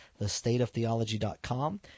thestateoftheology.com